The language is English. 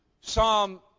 Psalm